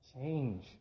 change